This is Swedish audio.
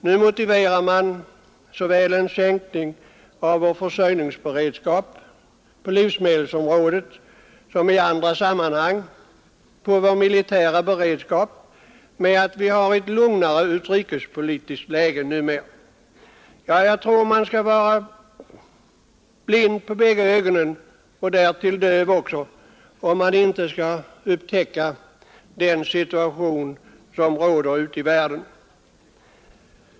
Nu motiverar man såväl en sänkning av vår försörjningsberedskap på livsmedelsområdet som i andra sammanhang, t.ex. beträffande vår försvarsberedskap, med att vi har ett lugnare utrikespolitiskt läge numera. Jag tror att man skall vara blind på bägge ögonen och därtill döv om man inte skall upptäcka den situation som råder ute i världen.